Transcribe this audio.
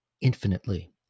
infinitely